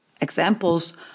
Examples